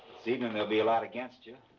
and be a lot against you.